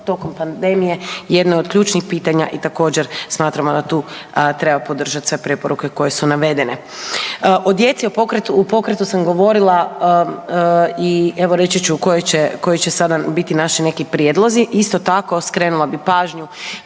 tokom pandemije jedno je od ključnih pitanja i također smatramo da tu treba podržat sve preporuke koje su navedene. O djeci u pokretu sam govorila i evo reći ću sada koji će sada biti naši neki prijedlozi, isto tako skrenula bih pažnju